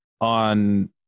on